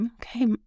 okay